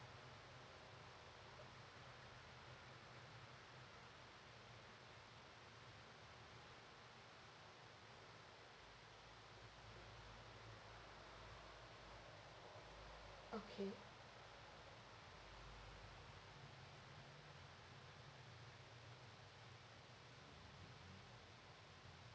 okay